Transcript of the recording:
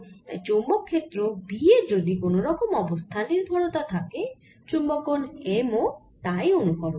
তাই চৌম্বক ক্ষেত্র B এর যদি কোন রকমের অবস্থান নির্ভরতা থাকে চুম্বকন M ও তা অনুকরণ করে